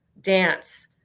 dance